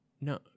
No